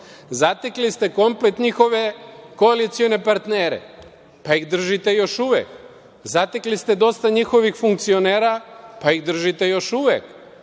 zatekli ste komplet njihove koalicione partnere, pa ih držite još uvek. Zatekli ste dosta njihovih funkcionera, pa ih držite još uvek.